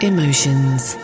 Emotions